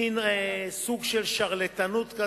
מין סוג של שרלטנות.